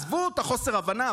עזבו את חוסר ההבנה,